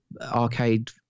arcade